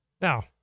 Now